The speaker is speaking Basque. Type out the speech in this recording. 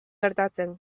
gertatzen